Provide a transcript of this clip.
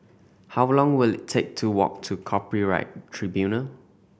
how long will it take to walk to Copyright Tribunal